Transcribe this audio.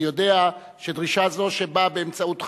אני יודע שדרישה זו, שבאה באמצעות חקיקה,